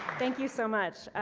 thank you so much.